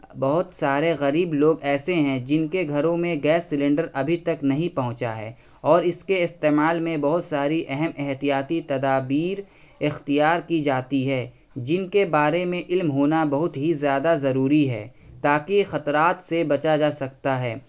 بہت سارے غریب لوگ ایسے ہیں جن کے گھروں میں گیس سلینڈر ابھی تک نہیں پہنچا ہے اور اس کے استعمال میں بہت ساری اہم احتیاطی تدابیر اختیار کی جاتی ہے جن کے بارے میں علم ہونا بہت ہی زیادہ ضروری ہے تاکہ خطرات سے بچا جا سکتا ہے